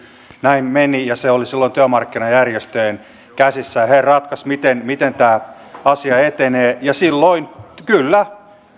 näin meni ja se oli silloin työmarkkinajärjestöjen käsissä he ratkaisivat miten miten tämä asia etenee ja kyllä